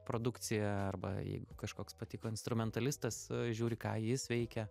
produkciją arba jeigu kažkoks patiko instrumentalistas žiūri ką jis veikia